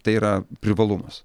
tai yra privalumas